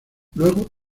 luego